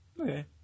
Okay